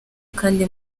kandi